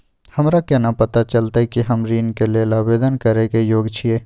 हमरा केना पता चलतई कि हम ऋण के लेल आवेदन करय के योग्य छियै?